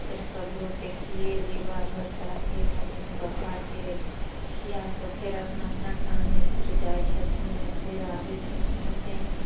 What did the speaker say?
फेरो सभलोगके खिएली बाल बच्चाके मम्मी पापाके खियाकऽ फेर अपना अपना काममे फेर जाइ छथिन फेर आबै छथिन तऽ फेर